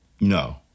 no